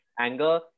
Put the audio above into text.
anger